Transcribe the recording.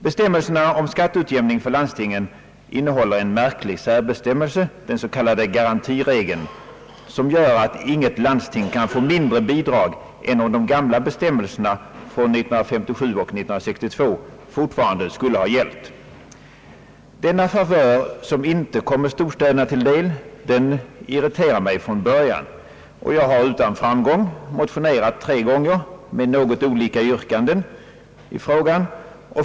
Bestämmelserna om skatteutjämning för landstingen innehåller en märklig särbestämmelse, den s.k. garantiregeln, som gör att inget landsting kan få mindre bidrag än om de gamla bestämmelserna från åren 1957 och 1962 fortfarande skulle ha gällt. Denna favör, som icke kommer storstäderna till del, irriterade mig från början. Jag har utan framgång motionerat tre gånger med något olika yrkanden i frågan.